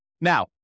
Now